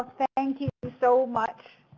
ah thank you so much.